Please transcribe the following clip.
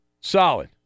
solid